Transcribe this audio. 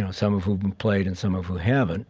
you know some of whom played and some of whom haven't